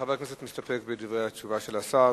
חבר הכנסת מסתפק בדברי התשובה של השר.